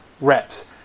reps